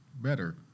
better